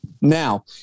Now